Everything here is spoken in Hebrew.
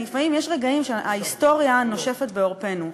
לפעמים יש רגעים שההיסטוריה נושפת בעורפנו.